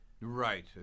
Right